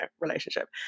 relationship